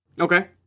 Okay